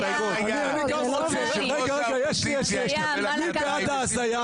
רגע, יש לי, יש לי, יש לי, מי בעד ההזיה?